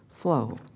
flow